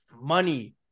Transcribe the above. money